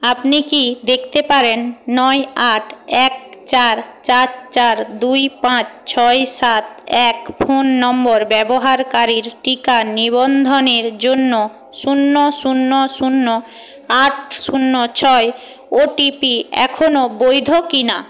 আপনি কি দেখতে পারেন নয় আট এক চার চার চার দুই পাঁচ ছয় সাত এক ফোন নম্বর ব্যবহারকারীর টিকা নিবন্ধনের জন্য শূন্য শূন্য শূন্য আট শূন্য ছয় ও টি পি এখনও বৈধ কিনা